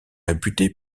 réputée